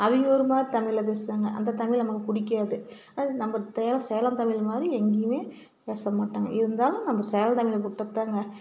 அவங்க ஒரு மாதிரி தமிழில் பேசுவாங்க அந்த தமிழ் நமக்கு பிடிக்காது அது நமக்கு தேவை சேலம் தமிழ் மாதிரி எங்கேயுமே பேச மாட்டாங்க இருந்தாலும் நம்ப சேலம் தமிழுக்கு விட்டதுதாங்க